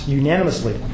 unanimously